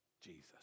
Jesus